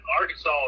Arkansas